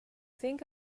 think